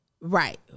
Right